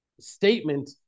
statement